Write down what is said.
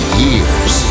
years